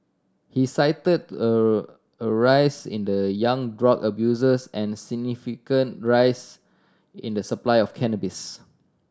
he cited a rise in the young drug abusers and significant rise in the supply of cannabis